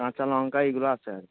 কাঁচা লঙ্কা এইগুলো আছে আর